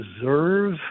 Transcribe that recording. deserve